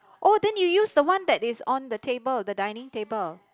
oh then you use the one that is on the table the dining table